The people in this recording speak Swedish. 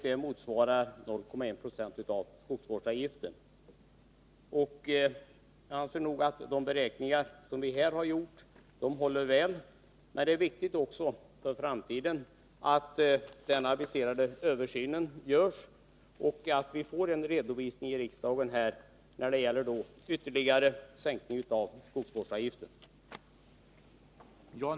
Det motsvarar just 0,1 70 av skogsvårdsavgiften. Jag anser att våra beräkningar håller väl. Men det är viktigt för framtiden att den aviserade översynen görs och att det sker en redovisning här i riksdagen beträffande frågan om en ytterligare sänkning av skogsvårdsavgiften.